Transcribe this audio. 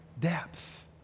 depth